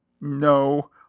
No